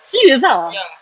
serious ah